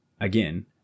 again